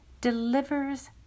delivers